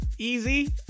easy